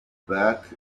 back